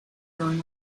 going